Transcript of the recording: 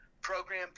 program